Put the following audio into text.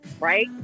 right